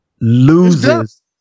loses